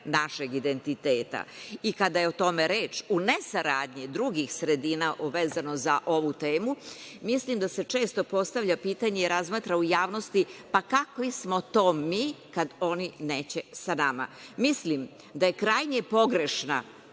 našeg identiteta. Kada je o tome reč, u ne saradnji drugih sredina vezano za ovu temu, mislim da se često postavlja pitanje i razmatra u javnosti, pa kakvi smo to mi, kad oni neće sa nama. Mislim da je krajnje pogrešna